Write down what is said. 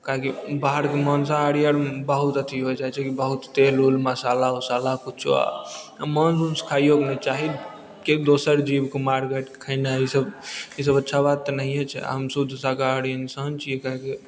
काहेकि बाहरके माँसाहारी आर बहुत अथी होइ जाइ छै बहुत तेल ओल मसल्ला ओसाला किछु माँस उँस खाइयोके नहि चाही किआकि दोसर जीबके मारि काटिके खेनाइ ईसब ईसब अच्छा बात तऽ नहिए छै आ हम शुद्ध शाकाहारी इंसान छियै काहेकि